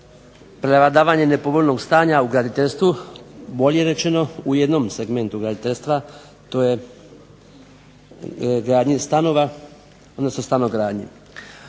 prevladavanje nepovoljnog stanja u graditeljstvu, bolje rečeno u jednom segmentu graditeljstva, a to je gradnji